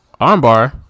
armbar